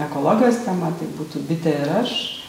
ekologijos tema tai būtų bitė ir aš